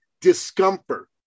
discomfort